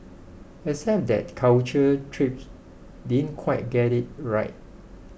except that Culture Trip didn't quite get it right